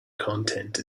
content